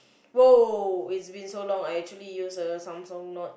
!woah! it's been so long I actually used a Samsung Note